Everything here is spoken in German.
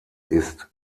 ist